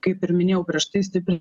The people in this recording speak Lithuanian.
kaip ir minėjau prieš tai stipriai